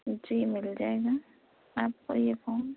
جی مل جائے گا آپ کو یہ فون